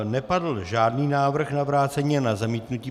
Nepadl žádný návrh na vrácení ani na zamítnutí.